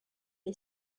est